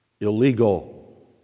illegal